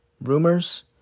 rumors